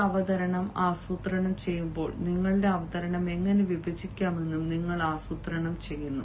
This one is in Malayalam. ഒരു അവതരണം ആസൂത്രണം ചെയ്യുമ്പോൾ നിങ്ങളുടെ അവതരണം എങ്ങനെ വിഭജിക്കാമെന്നും നിങ്ങൾ ആസൂത്രണം ചെയ്യുന്നു